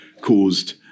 caused